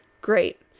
great